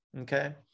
okay